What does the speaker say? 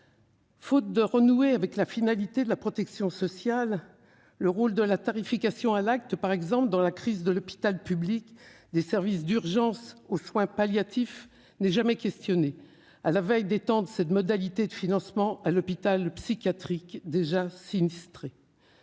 Faute de renouer avec la finalité de la protection sociale, le rôle de la tarification à l'activité (T2A) dans la crise de l'hôpital public, des services d'urgence aux soins palliatifs, n'est jamais questionné à la veille d'étendre cette modalité de financement à l'hôpital psychiatrique, déjà sinistré.